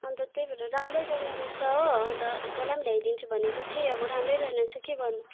अन्त त्यही भएर राम्रै रहेन रहेछ हो अन्त तँलाई पनि ल्याइदिन्छु भनेको थिएँ अब राम्रै रहेन रहेछ के गर्नु